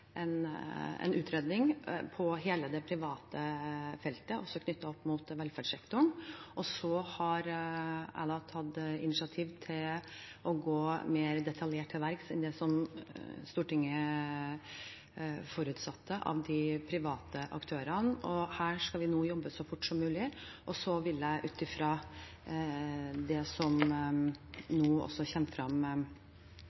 utredning av hele det private feltet, også innen velferdssektoren, og jeg har tatt initiativ til å gå mer detaljert til verks enn det Stortinget forutsatte, når det gjelder de private aktørene. Her skal vi nå jobbe så fort som mulig, og så vil jeg, også ut fra det som